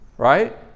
Right